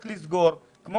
לקחנו.